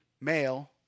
male